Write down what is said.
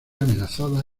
amenazada